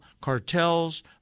cartels